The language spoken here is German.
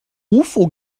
ufo